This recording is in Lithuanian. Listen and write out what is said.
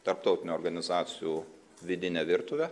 tarptautinių organizacijų vidine virtuve